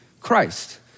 Christ